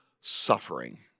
suffering